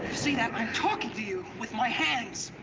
see that? i'm talking to you with my hands.